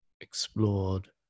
explored